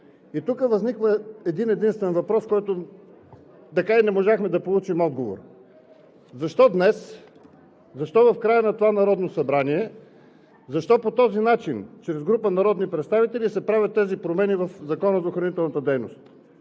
И тук възниква един-единствен въпрос, на който така и не можахме да получим отговор: защо днес, защо в края на това Народно събрание, защо по този начин – чрез група народни представители, се правят тези промени в Закона за охранителната дейност?